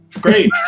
great